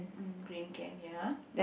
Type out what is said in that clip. mm green can ya